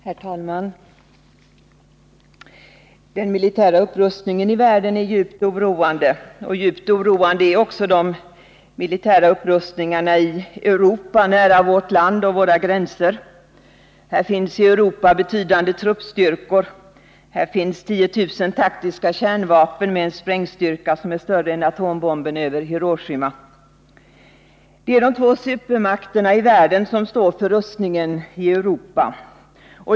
Herr talman! Den militära upprustningen i världen är djupt oroande. Djupt oroande är också de militära upprustningarna i Europa, nära vårt land och våra gränser. Här finns i Europa betydande truppstyrkor. Här finns 10 000 taktiska kärnvapen, vardera med en sprängstyrka som är större än vad atombomben över Hiroshima hade. Det är de två supermakterna i världen som står för rustningen i Europa.